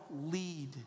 lead